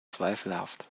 zweifelhaft